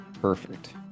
perfect